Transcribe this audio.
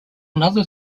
another